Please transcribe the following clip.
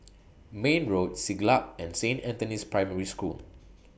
Mayne Road Siglap and Saint Anthony's Primary School